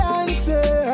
answer